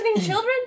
children